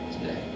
today